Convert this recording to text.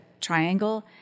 triangle